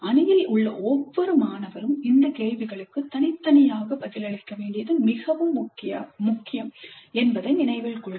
அணியில் உள்ள ஒவ்வொரு மாணவரும் இந்த கேள்விகளுக்கு தனித்தனியாக பதிலளிக்க வேண்டியது மிகவும் முக்கியம் என்பதை நினைவில் கொள்க